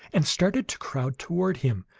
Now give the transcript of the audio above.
and started to crowd toward him,